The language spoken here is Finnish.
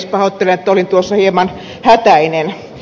pahoittelen että olin tuossa hieman hätäinen